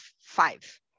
five